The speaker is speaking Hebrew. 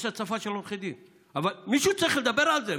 יש הצפה של עורכי דין אבל מישהו צריך לדבר על זה,